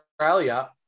Australia